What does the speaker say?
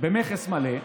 במכס מלא,